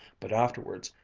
but afterwards,